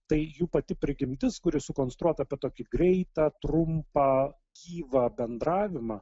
tai jų pati prigimtis kuri sukonstruota apie tokį greitą trumpą gyvą bendravimą